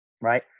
right